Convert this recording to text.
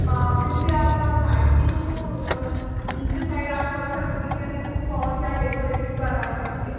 پھر بھی آپ ساڑی کی جو تو نیچے سائڈ آپ تھوڑا سا دیکھ لینا کہ اُس کو اور کیا ڈیکوریٹو بنا سکتے